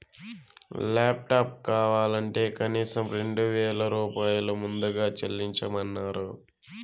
laptop కావాలంటే కనీసం రెండు వేల రూపాయలు ముందుగా చెల్లించమన్నరు